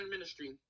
ministry